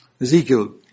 Ezekiel